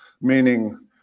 meaning